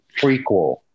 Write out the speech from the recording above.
prequel